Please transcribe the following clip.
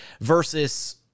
versus